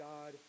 God